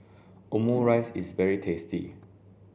Omurice is very tasty